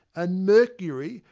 and, mercury,